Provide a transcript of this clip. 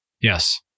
Yes